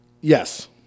Yes